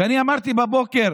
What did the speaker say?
אני אמרתי בבוקר